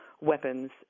weapons